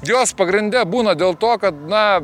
jos pagrinde būna dėl to kad na